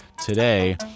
Today